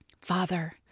Father